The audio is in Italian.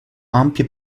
ampie